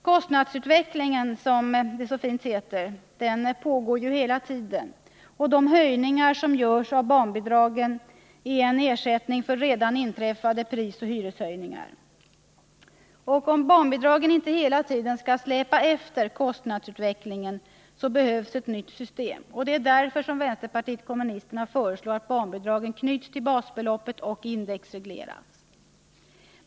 Kostnadsutvecklingen, som det så fint heter, pågår hela tiden, och de höjningar som görs av barnbidragen är en ersättning för redan inträffade prisoch hyreshöjningar. Om barnbidragen inte hela tiden skall släpa efter kostnadsutvecklingen, behövs ett nytt system. Det är därför vänsterpartiet kommunisterna föreslår att barnbidragen knyts till basbeloppet och indexregleras.